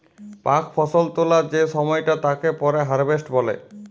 পাক ফসল তোলা যে সময়টা তাকে পরে হারভেস্ট বলে